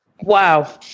Wow